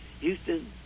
Houston